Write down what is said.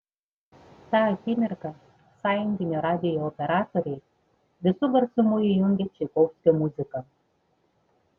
tą akimirką sąjunginio radijo operatoriai visu garsumu įjungė čaikovskio muziką